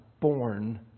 born